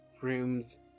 rooms